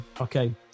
Okay